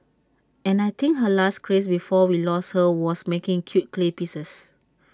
and I think her last craze before we lost her was making cute clay pieces